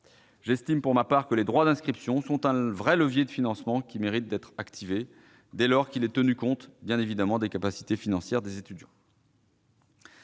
J'estime, pour ma part, que les droits d'inscription sont un réel levier de financement qui mérite d'être activé, dès lors qu'il est tenu compte, bien évidemment, des capacités financières des étudiants.